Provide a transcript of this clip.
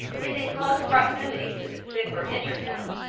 is in close proximity to the sick or injured one,